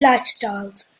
lifestyles